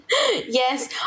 Yes